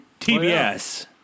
TBS